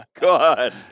God